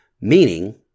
Meaning